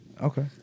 Okay